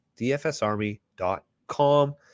dfsarmy.com